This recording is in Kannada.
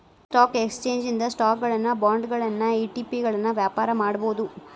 ಸ್ಟಾಕ್ ಎಕ್ಸ್ಚೇಂಜ್ ಇಂದ ಸ್ಟಾಕುಗಳನ್ನ ಬಾಂಡ್ಗಳನ್ನ ಇ.ಟಿ.ಪಿಗಳನ್ನ ವ್ಯಾಪಾರ ಮಾಡಬೋದು